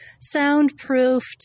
soundproofed